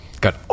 got